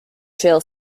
trill